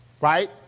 Right